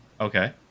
Okay